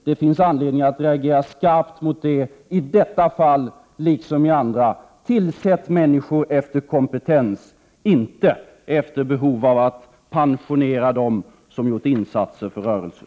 Det finns anledning att reagera skarpt mot sådant, i detta fall liksom i andra fall. Tillsätt människor efter kompetens, inte efter behov av att pensionera dem som har gjort insatser för rörelsen.